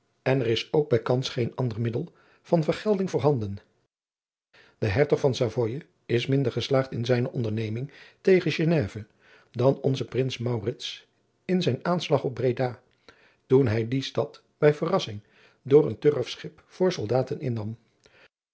en er is ook bijkans geen ander middel van vergelding voorhanden de heradriaan loosjes pzn het leven van maurits lijnslager tog van savoye is minder geslaagd in zijne onderneming tegen geneve dan onze prins maurits in zijn aanslag op breda toen hij die stad bij verrassing door een turfschip vol soldaten innam